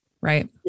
Right